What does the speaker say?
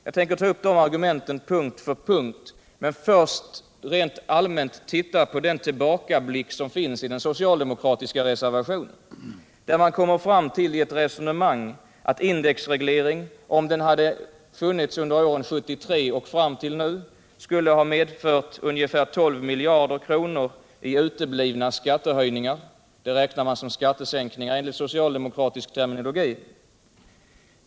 Jag tänker ta upp de argumenten punkt för punkt, men först skall jag rent allmänt titta på den tillbakablick som finns i den socialdemokratiska reservationen, där man i ett resonemang kommer fram till att om indexreglering hade funnits under åren från 1973 fram till nu, skulle den ha medfört ungefär 12 miljarder kronor i uteblivna skattehöjningar — det är skattesänkningar enligt socialdemokratisk terminologi.